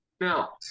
Now